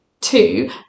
two